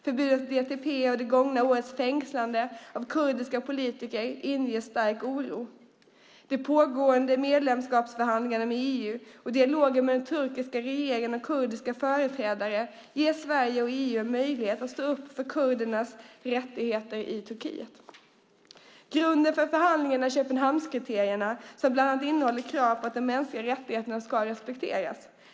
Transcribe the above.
Förbudet av DTP och det gångna årets fängslanden av kurdiska politiker inger stark oro. De pågående medlemskapsförhandlingarna med EU och dialogen med den turkiska regeringen och kurdiska företrädare ger Sverige och EU en möjlighet att stå upp för kurdernas rättigheter i Turkiet. Grunden för förhandlingarna är Köpenhamnskriterierna, som bland annat innehåller krav på att de mänskliga rättigheterna ska respekteras.